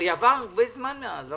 הרי עבר הרבה זמן מאז.